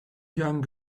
young